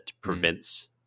prevents